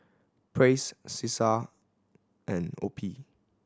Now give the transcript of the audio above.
Praise Cesar and OPI